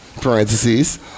parentheses